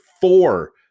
four